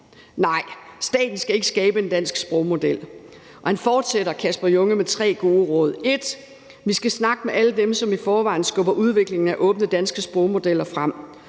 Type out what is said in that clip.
Nej, staten skal ikke skabe en dansk sprogmodel. Han fortsætter med tre gode råd: 1) Vi skal snakke med alle dem, som i forvejen skubber udviklingen af åbne danske sprogmodeller frem,